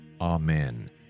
Amen